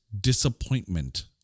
disappointment